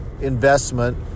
investment